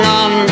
on